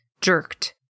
jerked